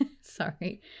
Sorry